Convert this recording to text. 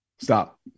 Stop